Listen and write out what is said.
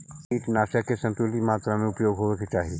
कीटनाशक के संतुलित मात्रा में उपयोग होवे के चाहि